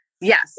Yes